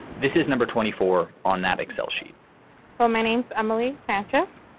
this is number twenty four on that excel sheet well, my name's emily sanchez